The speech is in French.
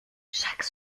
chaque